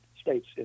states